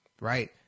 right